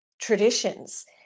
traditions